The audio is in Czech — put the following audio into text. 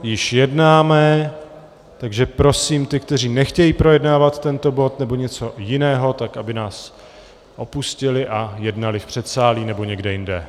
Již jednáme, takže prosím ty, kteří nechtějí projednávat tento bod nebo něco jiného, tak aby nás opustili a jednali v předsálí nebo někde jinde.